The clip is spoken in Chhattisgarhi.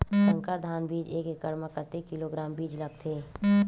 संकर धान बीज एक एकड़ म कतेक किलोग्राम बीज लगथे?